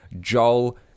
Joel